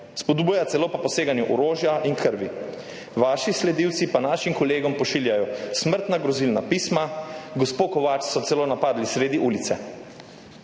spodbuja celo k poseganju po orožju in krvi, vaši sledilci pa našim kolegom pošiljajo smrtna grozilna pisma, gospo Kovač so celo napadli sredi ulice.